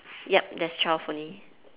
yup there's twelve only